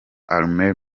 armel